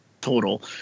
total